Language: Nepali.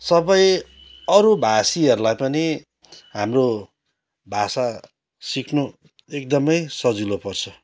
सबै अरू भाषीहरूलाई पनि हाम्रो भाषा सिक्नु एकदमै सजिले पर्छ